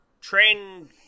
train